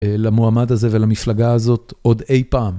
למועמד הזה ולמפלגה הזאת עוד אי פעם.